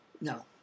No